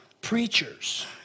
preachers